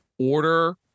Order